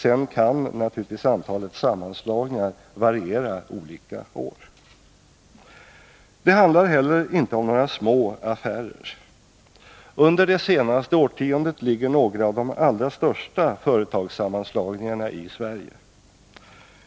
Sedan kan naturligtvis antalet sammanslagningar variera olika år. Det handlar heller inte om några små affärer. Under det senaste årtiondet ligger några av de allra största företagssammanslagningarna i Sverige.